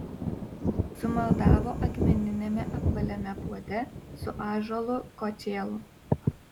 sumaldavo akmeniniame apvaliame puode su ąžuolo kočėlu